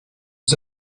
nos